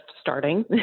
starting